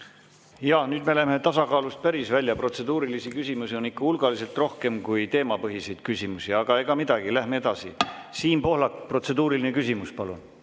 Nüüd me läheme tasakaalust päris välja, protseduurilisi küsimusi on ikka hulgaliselt rohkem kui teemapõhiseid küsimusi. Aga ega midagi. Lähme edasi. Siim Pohlak, protseduuriline küsimus, palun!